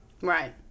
Right